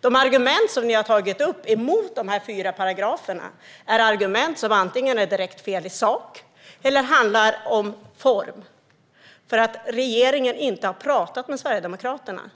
De argument som ni har anfört mot dessa fyra paragrafer är antingen direkt felaktiga i sak, eller så handlar de om form och om att regeringen inte har talat med Sverigedemokraterna.